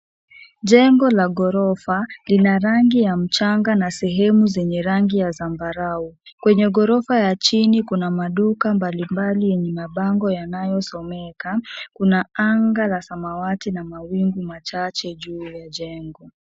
Jengo la ghorofa, lina rangi ya mchanga na sehemu zenye rangi ya zambarau. Kwenye ghorofa ya chini kuna maduka mbalimbali yenye mabango yanayosomeka. Kuna anga la samawati na mawingu machache juu ya jengo.